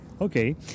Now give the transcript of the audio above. Okay